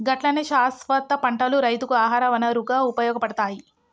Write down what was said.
గట్లనే శాస్వత పంటలు రైతుకు ఆహార వనరుగా ఉపయోగపడతాయి